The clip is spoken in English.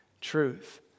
truth